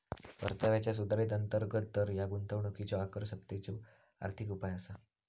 परताव्याचा सुधारित अंतर्गत दर ह्या गुंतवणुकीच्यो आकर्षकतेचो आर्थिक उपाय असा